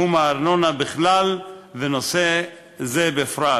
תחום הארנונה בכלל ונושא זה בפרט.